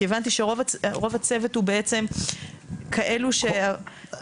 כי הבנתי שרוב הצוות הוא כזה ש --- משרד